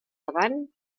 davant